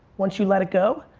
once you let it go,